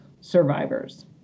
survivors